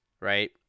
Right